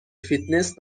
فیتنس